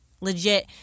Legit